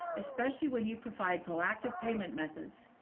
especially when you provide proactive payment methods